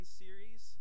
series